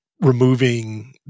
removing